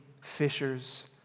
fishers